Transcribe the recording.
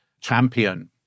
champion